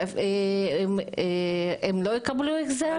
הם לא יקבלו החזר?